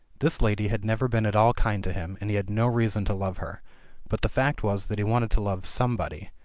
this lady had never been at all kind to him, and he had no reason to love her but the fact was that he wanted to love somebody,